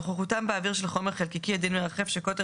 נוכחותם באוויר של חומר חלקיקי עדין מרחף שקוטר